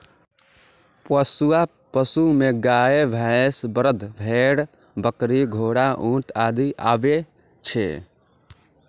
पोसुआ पशु मे गाय, भैंस, बरद, भेड़, बकरी, घोड़ा, ऊंट आदि आबै छै